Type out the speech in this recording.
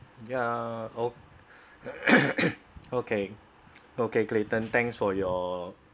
ya o~ okay okay clayton thanks for your